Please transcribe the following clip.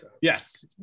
Yes